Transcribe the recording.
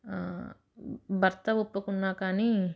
భర్త ఒప్పుకున్నా కానీ